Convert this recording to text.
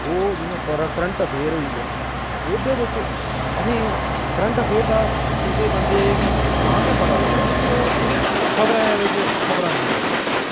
ते ओह् जियां करंट अफेयर होइया ओह्दे बिच असें करंट अफेयर दा कुसै बंदे गी तां गै पता लगदा कि ओह् अपनियां खबरां बिच खबरां दिखदा